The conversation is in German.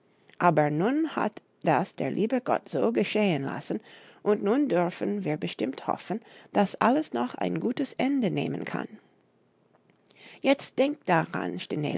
aber nun hat das der liebe gott so geschehen lassen und nun dürfen wir bestimmt hoffen daß alles noch ein gutes ende nehmen kann jetzt denk daran